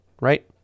right